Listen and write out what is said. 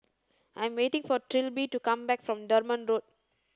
I'm waiting for Trilby to come back from Durban Road